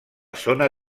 zona